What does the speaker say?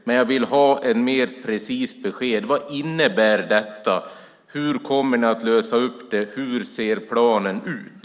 Men jag vill ha ett mer precist besked: Vad innebär det? Hur kommer ni att lösa detta? Hur ser planen ut?